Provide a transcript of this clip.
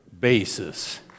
basis